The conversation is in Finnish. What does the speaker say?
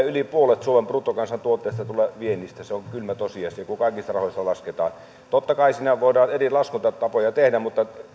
yli puolet suomen bruttokansantuotteesta tulee viennistä se on kylmä tosiasia kun kaikissa rahoissa lasketaan totta kai siinä voidaan eri laskentatapoja tehdä mutta